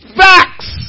facts